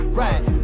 right